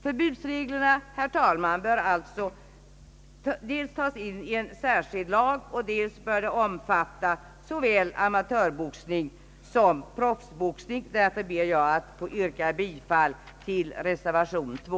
Förbudsreglerna, herr talman, bör alltså dels tas in i en särskild lag, dels omfatta såväl amatörboxning som proffsboxning. Därför ber jag att få yrka bifall till reservation 2.